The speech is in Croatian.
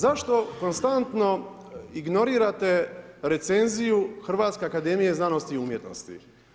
Zašto konstantno ignorirate recenziju Hrvatske akademije znanosti i umjetnosti?